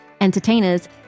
entertainers